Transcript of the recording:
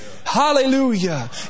Hallelujah